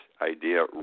idea